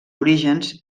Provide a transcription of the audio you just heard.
orígens